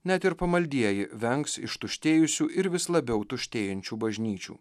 net ir pamaldieji vengs ištuštėjusių ir vis labiau tuštėjančių bažnyčių